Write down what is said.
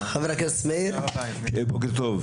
חבר הכנסת מאיר, בוקר טוב.